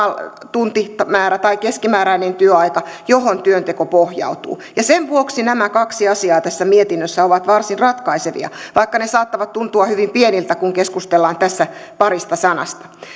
tuntimäärä tai keskimääräinen työaika johon työnteko pohjautuu ja sen vuoksi nämä kaksi asiaa tässä mietinnössä ovat varsin ratkaisevia vaikka ne saattavat tuntua hyvin pieniltä kun keskustellaan tässä parista sanasta